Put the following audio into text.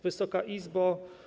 Wysoka Izbo!